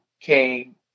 came